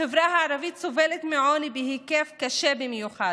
החברה הערבית סובלת מעוני בהיקף קשה במיוחד.